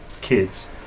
kids